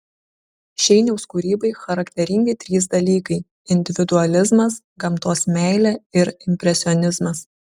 šeiniaus kūrybai charakteringi trys dalykai individualizmas gamtos meilė ir impresionizmas